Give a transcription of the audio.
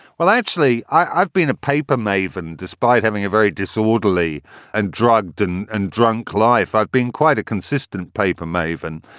well, actually, i've been a paper maven despite having a very disorderly and drugged and and drunk life. i've been quite a consistent paper maven.